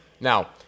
Now